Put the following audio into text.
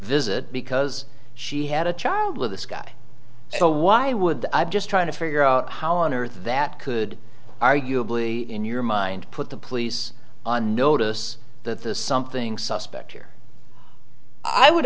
visit because she had a child with this guy so why would i just trying to figure out how on earth that could arguably in your mind put the police on notice that there's something suspect here i would